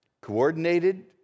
Coordinated